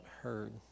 heard